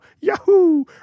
yahoo